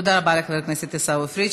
תודה רבה לחבר הכנסת עיסאווי פריג'.